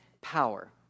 power